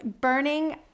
burning